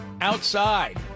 outside